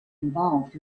involved